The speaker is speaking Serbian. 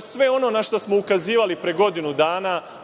sve ono na šta smo ukazivali pre godinu